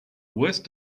worst